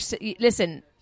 listen